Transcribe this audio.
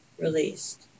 released